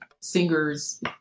singers